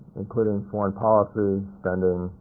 including foreign policy, spending,